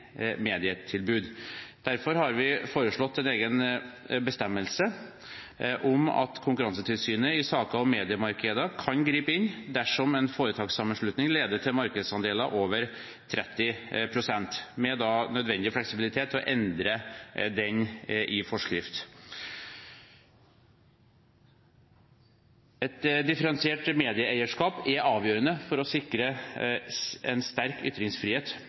medietilbud. Derfor har vi foreslått en egen bestemmelse om at Konkurransetilsynet i saker om mediemarkeder kan gripe inn dersom en foretakssammenslutning fører til markedsandeler over 30 pst., og da med nødvendig fleksibilitet til å endre den i forskrift. Et differensiert medieeierskap er avgjørende for å sikre en sterk ytringsfrihet.